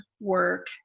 work